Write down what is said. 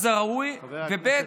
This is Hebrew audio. זה ראוי, וב.